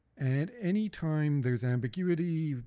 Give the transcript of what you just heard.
and anytime there's ambiguity,